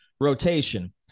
rotation